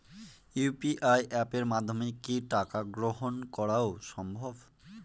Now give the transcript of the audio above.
UPI অ্যাপের মাধ্যমে কি টাকা গ্রহণ করাও সম্ভব?